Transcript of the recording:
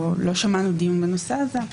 לא שמענו דיון בנושא הזה.